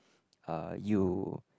uh you